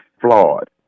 flawed